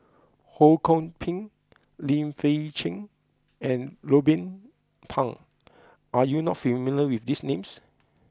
Ho Kwon Ping Lim Fei Shen and Ruben Pang are you not familiar with these names